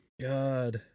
God